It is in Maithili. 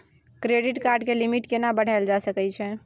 क्रेडिट कार्ड के लिमिट केना बढायल जा सकै छै?